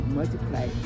multiply